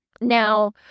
Now